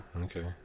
Okay